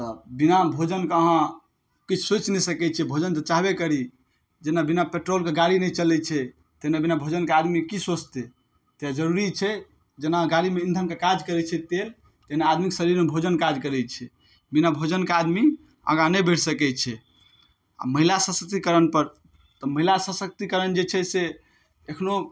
तऽ बिना भोजनके अहाँ किछु सोचि नहि सकै छियै भोजन तऽ चाहबे करी जेना बिना पेट्रोलके गाड़ी नहि चलै छै तेना बिना भोजनके आदमी की सोचतै तैं जरुरी छै जेना गाड़ीमे ईंधनके काज करै छै तेल तहिना आदमीके शरीरमे भोजन काज करै छै बिना भोजनके आदमी आगा नहि बढ़ि सकै छै महिला सशक्तिकरणपर तऽ महिला सशक्तिकरण जे छै से एखनो